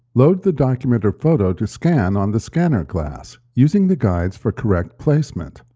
load the document or photo to scan on the scanner glass, using the guides for correct placement.